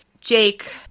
Jake